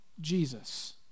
Jesus